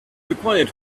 required